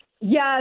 Yes